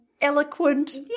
Eloquent